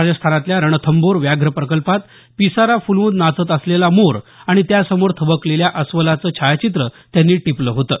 राजस्थानातल्या रणथंबोर व्याघ्र प्रकल्पात पिसारा फुलवून नाचत असलेला मोर आणि त्यासमोर थबकलेल्या अस्वलाचं छायाचित्र त्यांनी टिपलं होतं